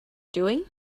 doing